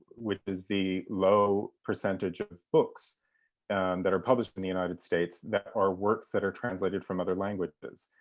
which is the low percentage of books and that are published in the united states that are works that are translated from other languages.